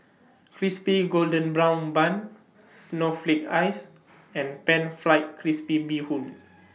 Crispy Golden Brown Bun Snowflake Ice and Pan Fried Crispy Bee Hoon